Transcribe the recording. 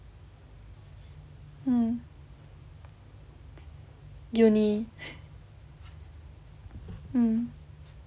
mm uni mm